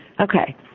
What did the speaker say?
Okay